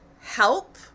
help